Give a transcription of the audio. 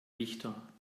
richter